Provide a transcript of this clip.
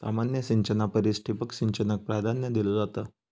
सामान्य सिंचना परिस ठिबक सिंचनाक प्राधान्य दिलो जाता